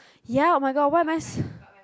ya oh my god why am I